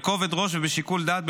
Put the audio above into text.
בכובד ראש ובשיקול דעת,